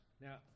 Now